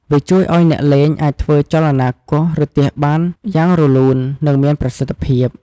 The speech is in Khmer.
វាជួយឲ្យអ្នកលេងអាចធ្វើចលនាគោះ ឬទះបានយ៉ាងរលូន និងមានប្រសិទ្ធភាព។